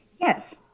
Yes